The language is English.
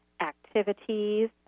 activities